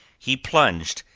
he plunged,